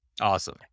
Awesome